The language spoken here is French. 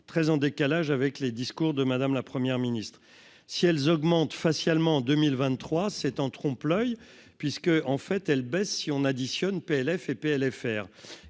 très en décalage avec les discours de madame la première ministre si elles augmentent facialement 2023 7 en trompe oeil puisque, en fait, elle baisse si on additionne PLF épais